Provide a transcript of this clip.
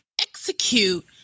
execute